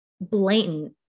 blatant